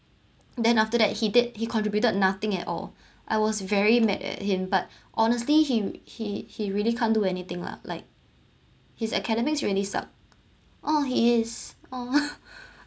then after that he did he contributed nothing at all I was very mad at him but honestly he he he really can't do anything lah like his academics really suck uh he is uh